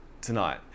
tonight